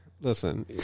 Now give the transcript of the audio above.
listen